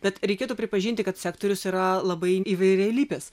tad reikėtų pripažinti kad sektorius yra labai įvairialypis